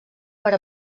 per